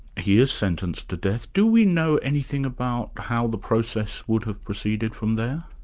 he is sentenced to death. do we know anything about how the process would have proceeded from there?